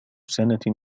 سنة